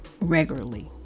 regularly